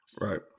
Right